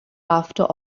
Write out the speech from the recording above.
after